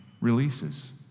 releases